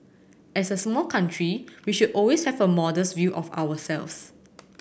as a small country we should always have a modest view of ourselves